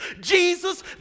Jesus